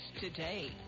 today